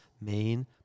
main